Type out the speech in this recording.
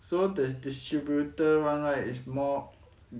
so the distributor [one] right is more